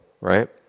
right